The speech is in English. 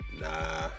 Nah